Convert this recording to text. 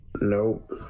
nope